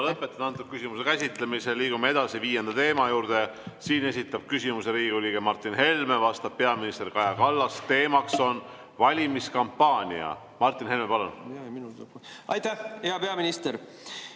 Lõpetan selle küsimuse käsitlemise. Liigume edasi viienda teema juurde. Siin esitab küsimuse Riigikogu liige Martin Helme, vastab peaminister Kaja Kallas, teema on valimiskampaania. Martin Helme, palun! Liigume edasi